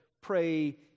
pray